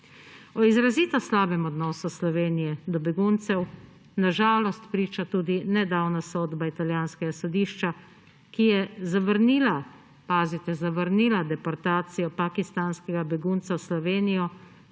O izrazito slabem odnosu Slovenije do beguncev na žalost priča tudi nedavna sodba italijanskega sodišča, ki je zavrnila – pazite, zavrnila – deportacijo pakistanskega begunca v Slovenijo,